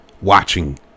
watching